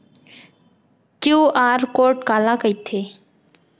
QR code काला कहिथे?